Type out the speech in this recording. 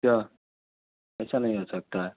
کیا ایسا نہیں ہو سکتا ہے